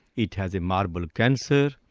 it has a marble cancer,